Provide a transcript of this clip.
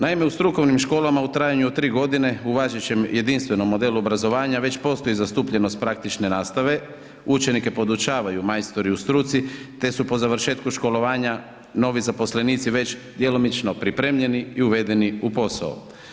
Naime, u strukovnim školama u trajanju od 3 godine u važećem jedinstvenom modelu obrazovanja već postoji zastupljenost praktične nastave, učenike podučavaju majstori u struci te su po završetku školovanju novi zaposlenici već djelomično pripremljeni i uvedeni u posao.